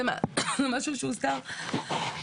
זה משהו שהוסדר.